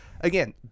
again